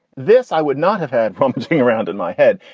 this, i would not have had problems poking around in my head.